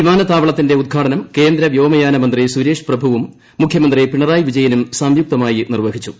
വിമാനത്താവളത്തിന്റെ ഉദ്ഘാടനം കേന്ദ്ര വ്യോമയാന മന്ത്രി സുരേഷ്പ്രഭുവും മുഖ്യമന്ത്രി പിണറായി വിജയനും സംയുക്തമായി നിർവ്വഹിച്ചു